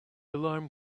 alarm